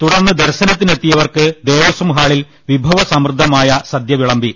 തുടർന്ന് ദർശനത്തിനെത്തിയവർക്ക് ദേവസ്വം ഹാളിൽ വിഭ വസമൃദ്ധമായ സദ്യ വിളമ്പി